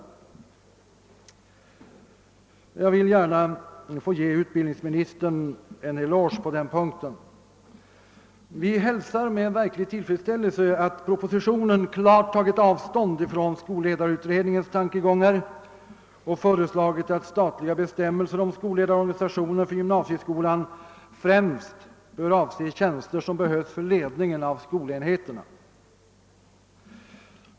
I det sammanhanget vill jag gärna ge utbildningsministern en eloge. Vi hälsar med verklig tillfredsställelse att han i propositionen klart tagit avstånd från skolledarutredningens tankegångar och föreslagit att statliga bestämmelser om skolledarorganisationen för gymnasieskolan främst bör avse tjänster som behövs för ledningen av skolenheterna.